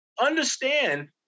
understand